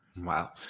Wow